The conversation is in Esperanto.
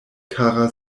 kara